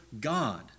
God